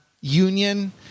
Union